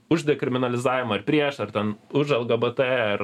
už dekriminalizavimą ar prieš ar ten už lgbt ar